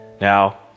Now